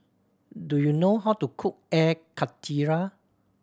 do you know how to cook Air Karthira